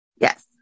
Yes